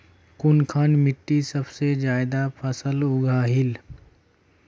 कुनखान मिट्टी सबसे ज्यादा फसल उगहिल?